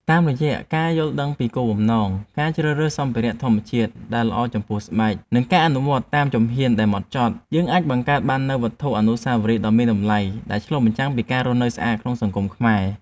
តាមរយៈការយល់ដឹងពីគោលបំណង ការជ្រើសរើសសម្ភារៈធម្មជាតិដែលល្អចំពោះស្បែក និងការអនុវត្តតាមជំហានដែលម៉ត់ចត់ យើងអាចបង្កើតបាននូវវត្ថុអនុស្សាវរីយ៍ដ៏មានតម្លៃដែលឆ្លុះពីការរស់នៅស្អាតក្នុងសង្គមខ្មែរ។